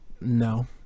No